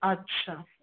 আচ্ছা